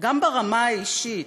גם ברמה האישית,